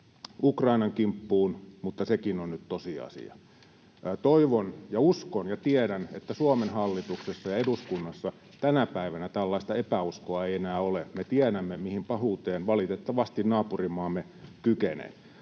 Ukrainan kimppuun, mutta sekin on nyt tosiasia. Toivon ja uskon ja tiedän, että Suomen hallituksessa ja eduskunnassa tänä päivänä tällaista epäuskoa ei enää ole. Me tiedämme, mihin pahuuteen, valitettavasti, naapurimaamme kykenee.